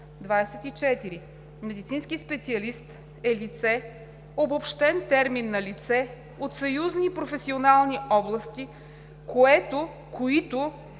24. „Медицински специалист“ е лице, обобщен термин на лице, от съюзни професионални области, което